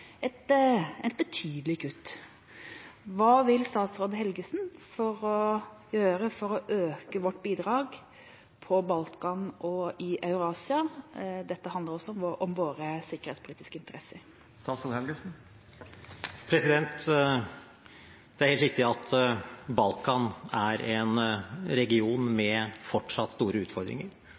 et betydelig kutt. Hva vil statsråd Helgesen gjøre for å øke vårt bidrag på Balkan og i Eurasia? Dette handler også om våre sikkerhetspolitiske interesser. Det er helt riktig at Balkan er en region med fortsatt store utfordringer.